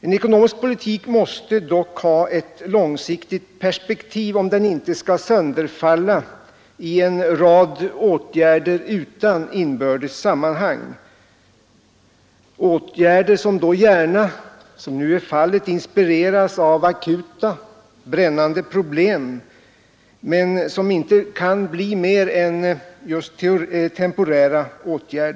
En ekonomisk politik måste dock ha ett långsiktigt perspektiv om den inte skall sönderfalla i en rad åtgärder utan inbördes sammanhang, åtgärder vilka då gärna, som nu är fallet, inspireras av akuta, brännande problem men som inte blir mer än temporära.